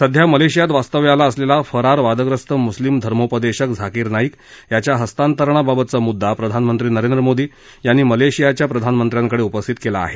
सध्या मलेशियात वास्तव्याला असलेला फरार वादग्रस्त मुस्लिम धर्म धर्मोपदेशक झाकीर नाईक याच्या हस्तांतरणाबाबतचा मुद्दा प्रधानमंत्री नरेंद्र मोदी यांनी मलेशियाच्या प्रधानमंत्र्यांकडे उपस्थित केला आहे